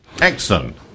Excellent